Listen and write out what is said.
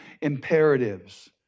imperatives